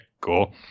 cool